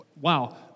Wow